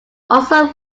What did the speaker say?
also